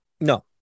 No